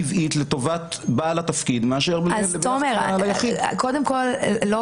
ככל ש --- ככל שמדובר לא